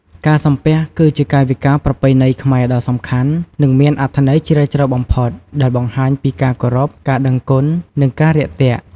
ការសំពះ គឺជាកាយវិការប្រពៃណីខ្មែរដ៏សំខាន់ និងមានអត្ថន័យជ្រាលជ្រៅបំផុត ដែលបង្ហាញពីការគោរព ការដឹងគុណ និងការរាក់ទាក់។